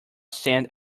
stand